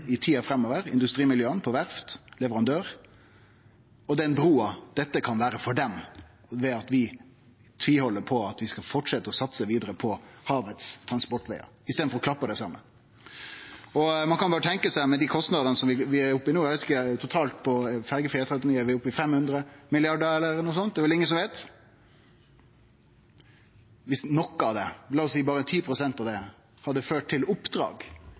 i tida framover, industrimiljøa, verft, leverandørindustrien og den brua dette kan vere for dei om vi tviheld på at vi skal fortsetje å satse vidare på havets transportvegar i staden for at dei klappar saman. Ein kan berre tenkje seg, med dei kostnadane vi er oppe i no – totalt på ferjefri E39 er vi oppe i 500 mrd. kr eller noko slikt, det er vel ingen som veit – at viss noko av det, la oss seie berre 10 pst. av det, hadde ført til oppdrag